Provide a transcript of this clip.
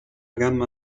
gamma